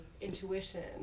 intuition